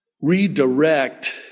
redirect